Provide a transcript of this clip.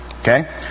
Okay